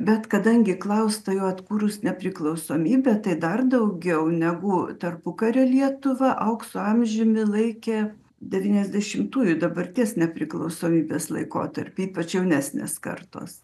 bet kadangi klausta jau atkūrus nepriklausomybę tai dar daugiau negu tarpukario lietuvą aukso amžiumi laikė devyniasdešimtųjų dabarties nepriklausomybės laikotarpį ypač jaunesnės kartos